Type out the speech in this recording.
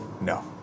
No